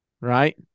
right